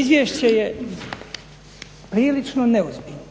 Izvješće je prilično neozbiljno.